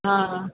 हा